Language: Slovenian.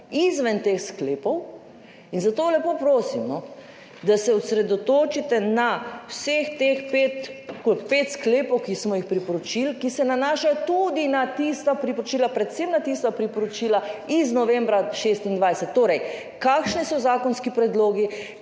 izven teh sklepov. In zato lepo prosim, da se osredotočite na vseh teh pet, okrog pet sklepov, ki smo jih priporočili, ki se nanašajo tudi na tista priporočila, predvsem na tista priporočila iz novembra /nerazumljivo/, torej kakšni so zakonski predlogi,